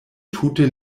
tute